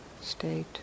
state